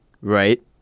Right